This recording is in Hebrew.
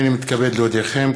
הנני מתכבד להודיעכם,